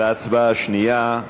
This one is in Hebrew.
להצבעה השנייה,